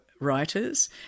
writers